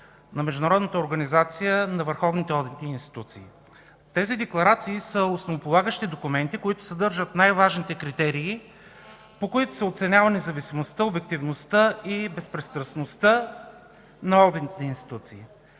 на върховните одитни институции. Тези декларации са основополагащи документи, които съдържат най-важните критерии, по които се оценява независимостта, обективността и безпристрастността на